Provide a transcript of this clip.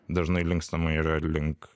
dažnai linkstama yra link